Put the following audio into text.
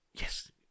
Yes